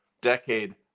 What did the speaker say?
decade